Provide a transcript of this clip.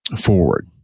forward